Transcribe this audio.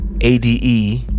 ade